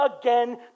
again